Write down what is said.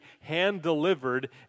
hand-delivered